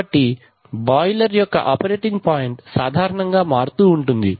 కాబట్టి బాయిలర్ యొక్క operating point సాధారణంగా మారుతూ ఉంటుంది